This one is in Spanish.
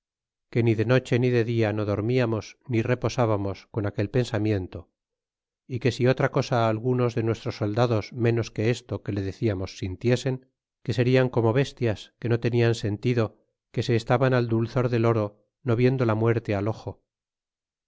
que ni de noche ni de dia no dorrniamos ni reposbamos con aquel pensamiento é que si otra cosa algunos de nuestros soldados ménos que esto que le deciamos sintiesen que serian como bestias que no tenian sentido que se estaban al dulzor del oro no viendo la muerte al ojo